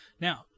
Now